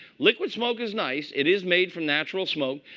liquid smoke is nice. it is made from natural smoke.